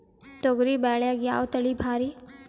ತೊಗರಿ ಬ್ಯಾಳ್ಯಾಗ ಯಾವ ತಳಿ ಭಾರಿ?